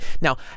now